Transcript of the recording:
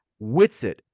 Witsit